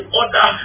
order